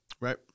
Right